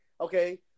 okay